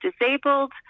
disabled